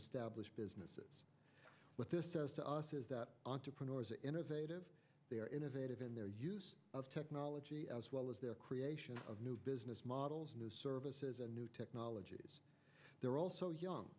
established businesses what this says to us is that entrepreneurs innovative they are innovative in their use of technology as well as their creation of new business models new services and new technologies they're also young